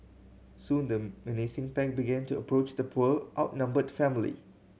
soon the menacing pack began to approach the poor outnumbered family